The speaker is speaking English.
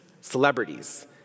celebrities